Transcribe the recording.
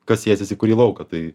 kas sėsis į kurį lauką tai